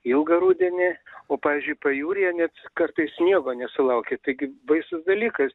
ilgą rudenį o pavyzdžiui pajūryje net kartais sniego nesulaukia taigi baisus dalykas